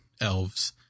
Elves